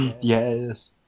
Yes